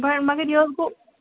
وۅنۍ مگر یہِ حظ گوٚو